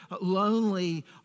lonely